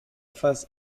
face